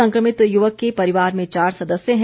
संक्रमित युवक के परिवार में चार सदस्य हैं